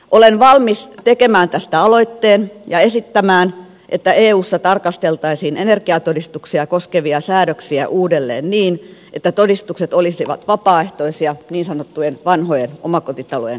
olen valmis tekemään tästä aloitteen ja esittämään että eussa tarkasteltaisiin energiatodistuksia koskevia säädöksiä uudelleen niin että todistukset olisivat vapaaehtoisia niin sanottujen vanhojen omakotitalojen osalta